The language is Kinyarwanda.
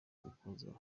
uguhozaho